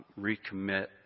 recommit